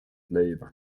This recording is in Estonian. leiba